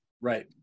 Right